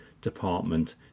department